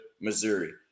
Missouri